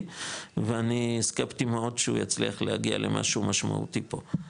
ואני סקפטי מאוד שהוא יצליח להגיע למשהו משמעותי פה,